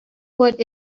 what